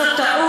זאת טעות.